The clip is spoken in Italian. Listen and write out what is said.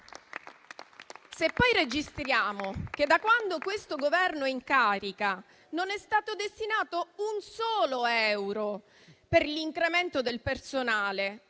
Se poi registriamo che, da quando questo Governo è in carica, non è stato destinato un solo euro all'incremento del personale,